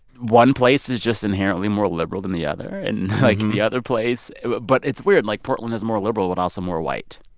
one place is just inherently more liberal than the other. and like, and the other place but it's weird. like, portland is more liberal but also more white.